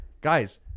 guys